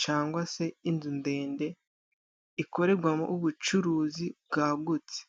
cangwa se inzu ndende, ikoregwamo ubucuruzi bwagutse.